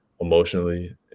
emotionally